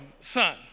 son